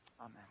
Amen